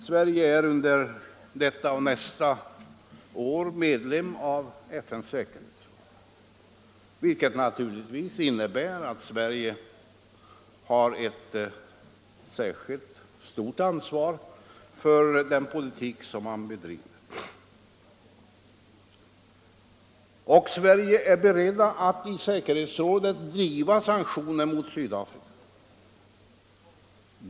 Sverige är under detta och nästa år medlem av säkerhetsrådet vilket naturligtvis innebär att Sverige har ett särskilt stort ansvar för den politik som FN bedriver. Och Sverige är berett att i säkerhetsrådet driva sanktioner mot Sydafrika.